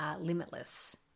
Limitless